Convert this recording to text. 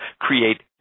create